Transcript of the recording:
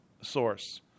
source